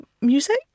music